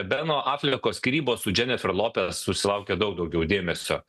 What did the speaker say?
beno afleko skyrybos su jennifer lopez susilaukė daug daugiau dėmesio